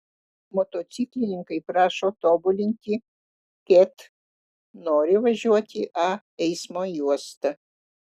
motociklininkai prašo tobulinti ket nori važiuoti a eismo juosta